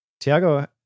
Tiago